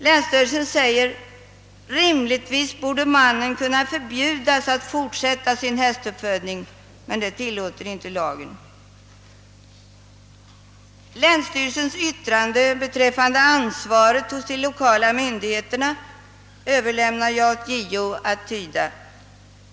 Länsstyrelsen säger: »Rimligtvis borde mannen kunna förbjudas att fortsätta sin hästuppfödning men det tillåter inte lagen.» Länsstyrelsens yttrande beträffande ansvaret hos de lokala myndigheterna överlämnar jag åt JO att tyda.